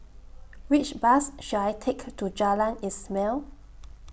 Which Bus should I Take to Jalan Ismail